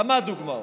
כמה דוגמאות.